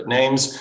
names